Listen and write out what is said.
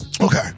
Okay